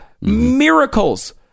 miracles